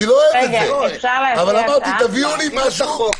אבל אמרתי, תביאו לי משהו.